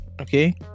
okay